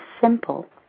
simple